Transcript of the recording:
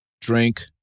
drink